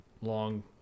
long